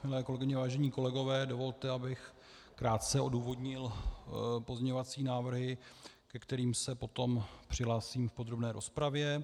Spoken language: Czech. Milé kolegyně, vážení kolegové, dovolte, abych krátce odůvodnil pozměňovací návrhy, ke kterým se potom přihlásím v podrobné rozpravě.